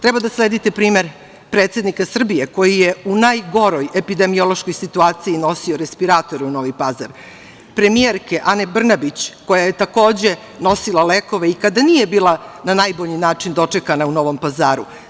Trebate da sledite primer predsednika Srbije koji je u najgoroj epidemiološkoj situaciji nosio respirator u Novi Pazar, premijerku Anu Brnabić koja je takođe nosila lekove i kada nije bila na najbolji način dočekana u Novom Pazaru.